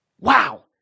Wow